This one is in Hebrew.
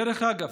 דרך אגב,